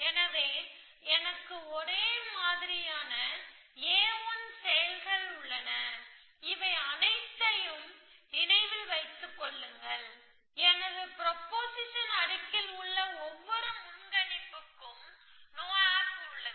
எனவே எனக்கு ஒரே மாதிரியான A1 செயல்கள் உள்ளன இவை அனைத்தையும் நினைவில் வைத்துக் கொள்ளுங்கள் எனது ப்ரொபொசிஷன் அடுக்கில் உள்ள ஒவ்வொரு முன்கணிப்புக்கும் நோ ஆப் உள்ளது